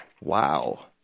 Wow